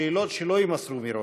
שאלות שלא יימסרו מראש.